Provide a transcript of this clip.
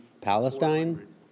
Palestine